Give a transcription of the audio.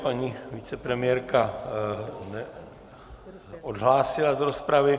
Paní vicepremiérka se odhlásila z rozpravy.